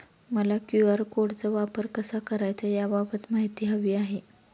मला क्यू.आर कोडचा वापर कसा करायचा याबाबत माहिती हवी आहे